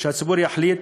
שהציבור יחליט,